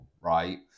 right